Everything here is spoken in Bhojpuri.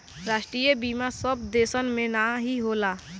राष्ट्रीय बीमा सब देसन मे नाही होला